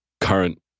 current